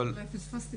אולי פספסתי.